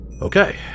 Okay